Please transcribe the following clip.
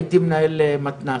הייתי מנהל מתנ"ס,